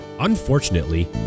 Unfortunately